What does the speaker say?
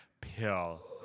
Pill